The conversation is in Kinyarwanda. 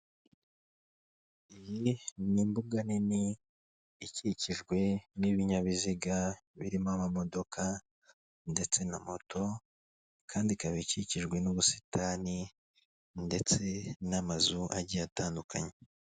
Iyi ni imbuga nini ikikijwe n'ibinyabiziga birimo amamodoka ndetse na moto kandi ikaba ikikijwe n'ubusitani ndetse n'amazu agiye atandukanye.